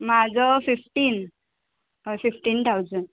म्हाजो फिफ्टीन हय fifteen thousand